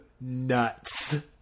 nuts